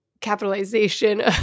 capitalization